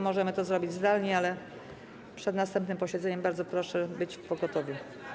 Możemy to zrobić zdalnie, ale przed następnym posiedzeniem bardzo proszę być w pogotowiu.